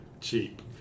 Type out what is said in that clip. cheap